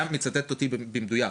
צופיה מצטטת אותי במדויק.